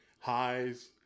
highs